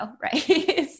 right